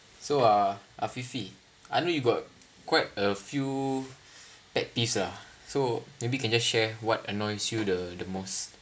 so uh afifi I know you got quite a few pet peeves ah so maybe can just share what annoys you the the most